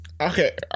Okay